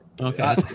Okay